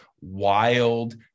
wild